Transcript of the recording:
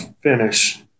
finish